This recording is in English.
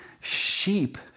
sheep